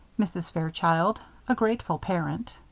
mrs. fairchild a grateful parent.